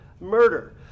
murder